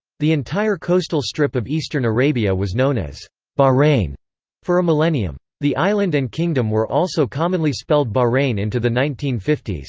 the entire coastal strip of eastern arabia was known as bahrain for a millennium. the island and kingdom were also commonly spelled bahrein into the nineteen fifty